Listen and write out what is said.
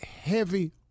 heavy